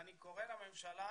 אני קורא לממשלה